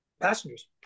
passengers